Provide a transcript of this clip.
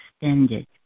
extended